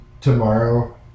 tomorrow